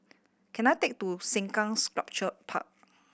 can I take to Sengkang Sculpture Park